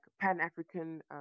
pan-African